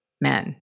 men